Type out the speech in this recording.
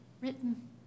written